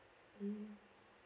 mm